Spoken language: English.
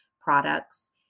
products